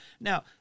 Now